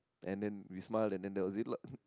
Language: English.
and then we smile and then that was it lah